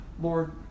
Lord